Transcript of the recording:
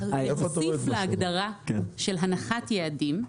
להוסיף להגדרה של הנחת יעדים,